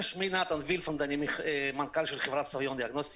אני מנכ"ל חברת סביון דיאגנוסטיקה,